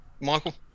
Michael